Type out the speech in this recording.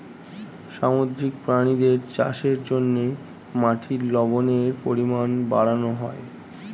সামুদ্রিক প্রাণীদের চাষের জন্যে মাটির লবণের পরিমাণ বাড়ানো হয়